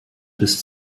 bis